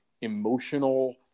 emotional